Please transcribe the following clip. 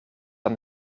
aan